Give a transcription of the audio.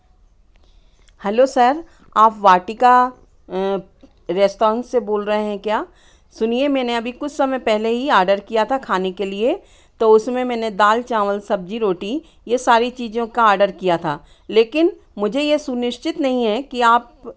hello sir आप Vatika restaurant से बोल रहे हैं क्या सुनिए मेने अभी कुछ समय पहले ही ऑर्डर किया था खाने के लिए तो उसमें मैंने दाल चावल सब्जी रोटी ये सारी चीज़ों का ऑर्डर किया था लेकिन मुझे ये सुनिश्चित नहीं है कि आप